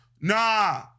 Nah